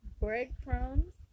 breadcrumbs